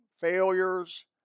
failures